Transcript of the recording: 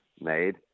made